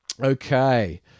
Okay